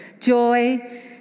Joy